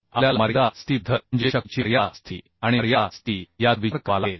आपल्याला मर्यादा स्थिती पद्धत म्हणजे शक्तीची मर्यादा स्थिती आणि मर्यादा स्थिती याचा विचार करावा लागेल